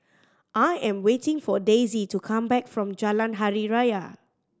I am waiting for Daisie to come back from Jalan Hari Raya